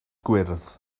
gwyrdd